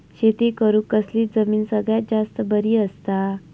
शेती करुक कसली जमीन सगळ्यात जास्त बरी असता?